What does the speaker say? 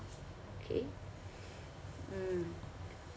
K mm